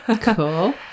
Cool